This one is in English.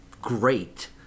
great